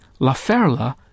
Laferla